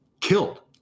killed